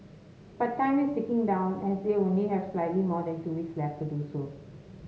but time is ticking down as they only have slightly more than two weeks left to do so